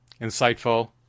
insightful